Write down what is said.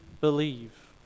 believe